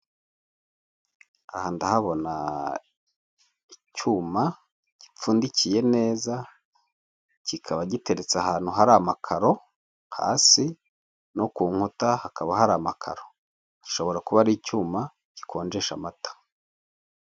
Aha ndahabona icyuma gipfundikiye neza, kikaba giteretse ahantu har' amakaro hasi no kunkuta hakaba har' amakaro, gishobora kuba ar'icyuma gikonjesha amata.